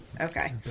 Okay